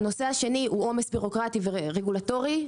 השני הוא עומס בירוקרטי ורגולטורי,